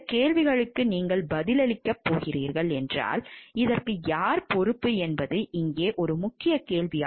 இந்தக் கேள்விகளுக்கு நீங்கள் பதிலளிக்கப் போகிறீர்கள் என்றால் யார் பொறுப்பு என்பது இங்கே ஒரு முக்கிய கேள்வி